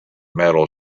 metal